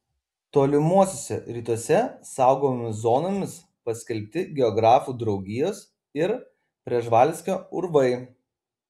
tolimuosiuose rytuose saugomomis zonomis paskelbti geografų draugijos ir prževalskio urvai